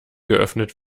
geöffnet